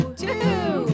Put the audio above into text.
two